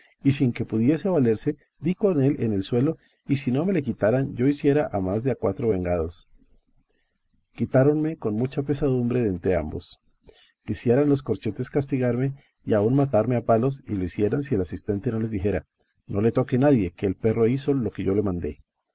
y sin que pudiese valerse di con él en el suelo y si no me le quitaran yo hiciera a más de a cuatro vengados quitáronme con mucha pesadumbre de entrambos quisieran los corchetes castigarme y aun matarme a palos y lo hicieran si el asistente no les dijera no le toque nadie que el perro hizo lo que yo le mandé